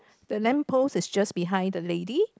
the lamp is just behind the lady